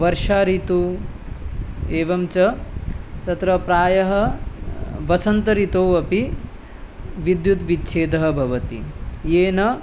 वर्षाऋतुम् एवं च तत्र प्रायः वसन्तऋतोः अपि विद्युत्विच्छेदः भवति येन